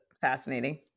fascinating